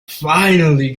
finally